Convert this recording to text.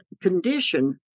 condition